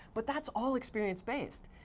but that's all experienced based.